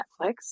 Netflix